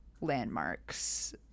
landmarks